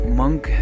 monk